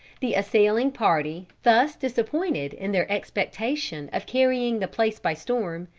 the assailing party, thus disappointed in their expectation of carrying the place by storm,